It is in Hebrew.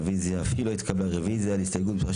הצבעה הרוויזיה לא נתקבלה הרוויזיה לא התקבלה.